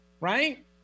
right